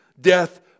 death